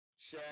Shaq